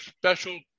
special